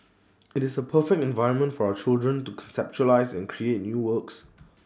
IT is A perfect environment for our children to conceptualise and create new works